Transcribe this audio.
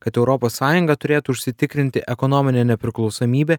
kad europos sąjunga turėtų užsitikrinti ekonominę nepriklausomybę